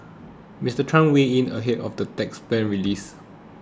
Mister Trump weighed in ahead of the tax plan's release